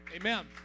Amen